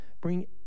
bring